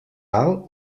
alt